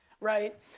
right